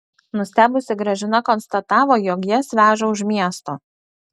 nustebusi gražina konstatavo jog jas veža už miesto